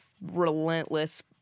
relentless